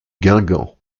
guingamp